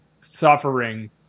suffering